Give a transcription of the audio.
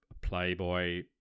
playboy